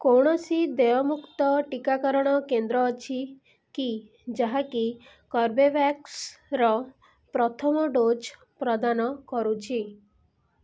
କୌଣସି ଦେୟମୁକ୍ତ ଟିକାକରଣ କେନ୍ଦ୍ର ଅଛି କି ଯାହାକି କର୍ବେଭ୍ୟାକ୍ସର ପ୍ରଥମ ଡୋଜ୍ ପ୍ରଦାନ କରୁଛି